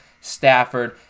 Stafford